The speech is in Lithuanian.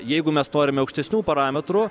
jeigu mes norime aukštesnių parametrų